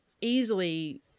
easily